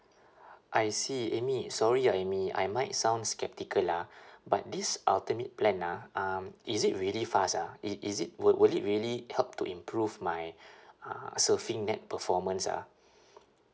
I see amy sorry ah amy I might sound sceptical ah but this ultimate plan ah um is it really fast ah i~ is it will will it really need help to improve my uh surfing net performance ah